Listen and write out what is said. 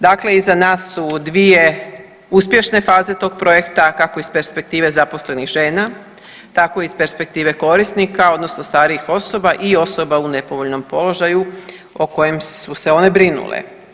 Dakle, iza nas su dvije uspješne faze tog projekta kako iz perspektive zaposlenih žena tako iz perspektive korisnika odnosno starijih osoba i u osoba u nepovoljnom položaju o kojem su se one brinule.